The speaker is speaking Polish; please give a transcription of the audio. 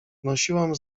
wnosiłam